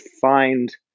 find